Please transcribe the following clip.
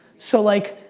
so like,